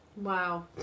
Wow